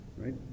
right